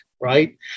right